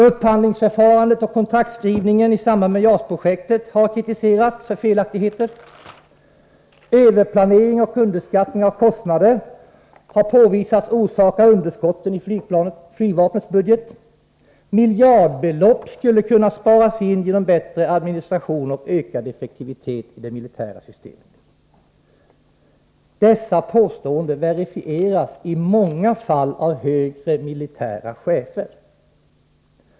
Upphandlingsförfarandet och kontraktsskrivningen i samband med JAS-projektet har kritiserats för felaktigheter. Överplanering och underskattning av kostnader har påvisats orsaka underskotten i flygvapnets budget. Miljardbelopp skulle kunna sparas in genom bättre administration och ökad effektivitet inom det militära systemet. Dessa påståenden verifieras i många fall av högre militära chefer.